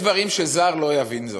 יש דברים, זר לא יבין זאת.